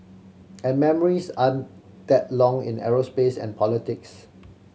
and memories aren't that long in aerospace and politics